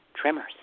tremors